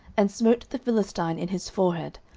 and smote the philistine in his forehead,